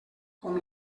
com